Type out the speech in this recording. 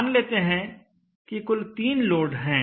मान लेते हैं कि कुल तीन लोड हैं